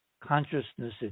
consciousness